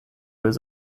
was